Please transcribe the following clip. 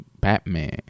Batman